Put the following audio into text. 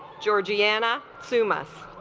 georgiana so loomis